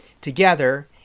together